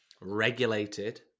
regulated